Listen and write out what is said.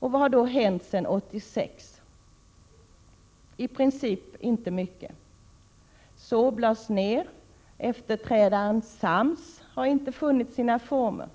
Vad har då hänt sedan 1986? I princip inte mycket. SÅRB lades ner. Prot. 1987/88:122 Efterträdaren, SAMS, har inte funnit sina former.